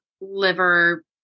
liver